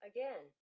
Again